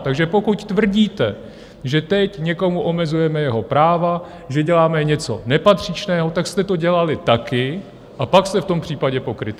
Takže pokud tvrdíte, že teď někomu omezujeme jeho práva, že děláme něco nepatřičného, tak jste to dělali taky, a pak jste v tom případě pokrytci.